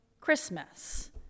Christmas